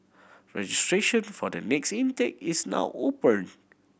registration for the next intake is now open